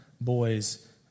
boys